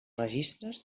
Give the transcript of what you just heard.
registres